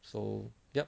so yup